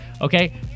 Okay